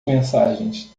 mensagens